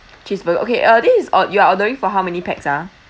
cheeseburger okay uh this is uh you ordering for how many pax ah